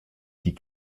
die